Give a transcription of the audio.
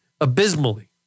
abysmally